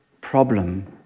problem